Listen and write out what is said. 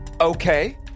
okay